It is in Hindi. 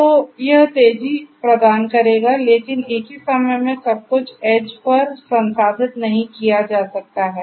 तो यह तेजी प्रदान करेगा लेकिन एक ही समय में सब कुछ ऐड्ज पर संसाधित नहीं किया जा सकता है